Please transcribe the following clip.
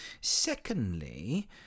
secondly